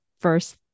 first